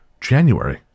January